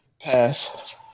pass